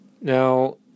now